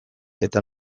eta